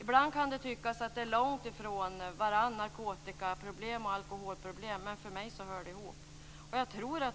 Ibland kan det tyckas att narkotikaproblem och alkoholproblem ligger långt från varandra. Men för mig hör de ihop.